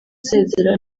asezera